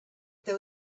there